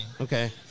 Okay